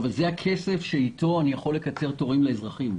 זה הכסף שאיתו אני יכול לקצר תורים לאזרחים,